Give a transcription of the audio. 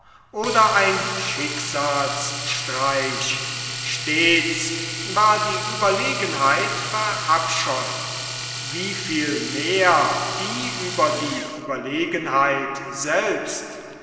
oder ein schicksalsstreich stets war die ueberlegenheit verabscheut wieviel mehr die über die ueberlegenheit selbst